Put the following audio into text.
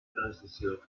transició